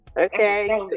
okay